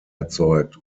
erzeugt